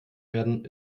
werden